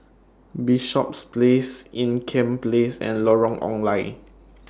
Bishops Place Ean Kiam Place and Lorong Ong Lye